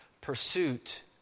Pursuit